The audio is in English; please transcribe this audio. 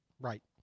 Right